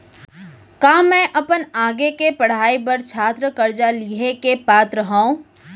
का मै अपन आगे के पढ़ाई बर छात्र कर्जा लिहे के पात्र हव?